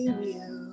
real